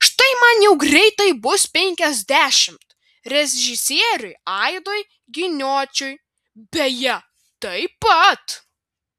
štai man jau greitai bus penkiasdešimt režisieriui aidui giniočiui beje taip pat